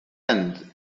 end